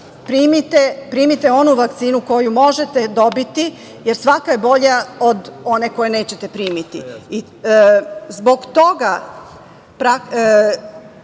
primite onu vakcinu koju možete dobiti, jer svaka je bolja od one koju nećete primiti. Zbog dobre